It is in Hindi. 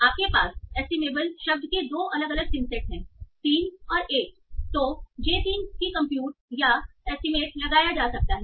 आपके पास एस्टिमेबल शब्द के दो अलग अलग सिंसेट हैं 3 और 1 तो J 3 की कंप्यूट या ऐस्टीमेट लगाया जा सकता है